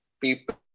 people